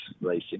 racing